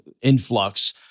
influx